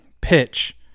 pitch